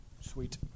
Sweet